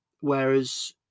whereas